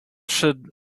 should